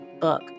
book